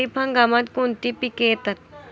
खरीप हंगामात कोणती पिके येतात?